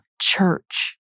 church